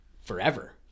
forever